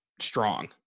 strong